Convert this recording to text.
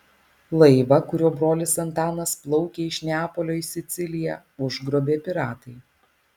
laivą kuriuo brolis antanas plaukė iš neapolio į siciliją užgrobė piratai